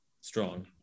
Strong